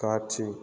காட்சி